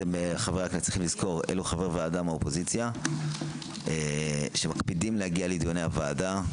אלו חברי ועדה מהאופוזיציה שמקפידים להגיע לדיוני הוועדה.